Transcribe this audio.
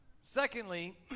Secondly